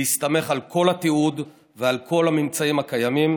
בהסתמך על כל התיעוד ועל כל הממצאים הקיימים